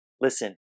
listen